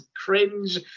cringe